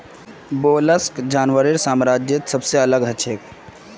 mollusc जानवरेर साम्राज्यत सबसे अलग हछेक